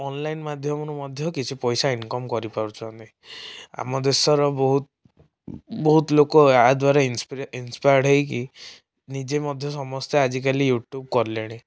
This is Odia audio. ଅନଲାଇନ ମାଧ୍ୟମରୁ ମଧ୍ୟ କିଛି ପଇସା ଇନକମ କରିପାରୁଛନ୍ତି ଆମଦେଶର ବହୁତ ବହୁତ ଲୋକ ଆ ଦ୍ବାରା ଇନସ୍ପାୟାର୍ଡ଼ ହେଇକି ନିଜେ ମଧ୍ୟ ସମସ୍ତେ ଆଜିକାଲି ୟୁଟ୍ୟୁବ କଲେଣି